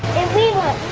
we want